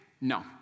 No